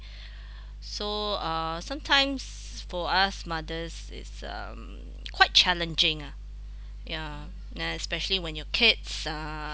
so uh sometimes for us mothers is um quite challenging ah ya then especially when your kids are